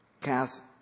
Cast